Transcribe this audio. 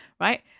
Right